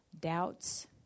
doubts